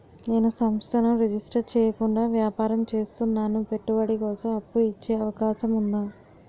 నేను సంస్థను రిజిస్టర్ చేయకుండా వ్యాపారం చేస్తున్నాను పెట్టుబడి కోసం అప్పు ఇచ్చే అవకాశం ఉందా?